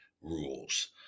Rules